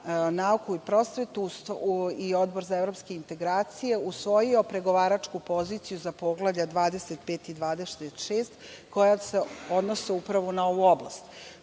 nauku i prosvetu i Odbor za evropske integracije usvojio pregovaračku poziciju za poglavlja 25. i 26. koja se odnose upravo na ovu oblast,